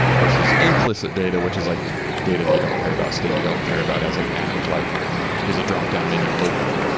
versus implicit data, which is like data that you don't care about state. you don't care about as an app, like is a drop-down menu open?